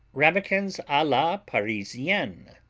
ramequins a la parisienne